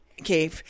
okay